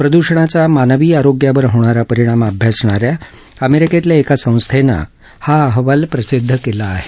प्रदूषणाचा मानवी आरोग्यावर होणारा परिणाम अभ्यासणाऱ्या अमेरिकेतल्या एका संस्थेनं हा अहवाल प्रसिद्ध केला आहे